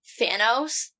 Thanos